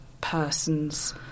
persons